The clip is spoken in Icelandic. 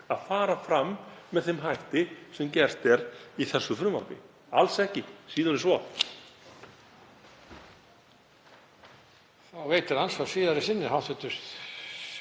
að fara fram með þeim hætti sem gert er í þessu frumvarpi, alls ekki, síður en svo.